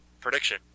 prediction